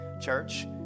church